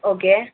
okay